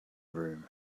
room